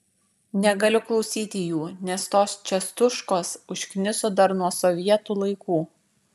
negaliu klausyti jų nes tos čiastuškos užkniso dar nuo sovietų laikų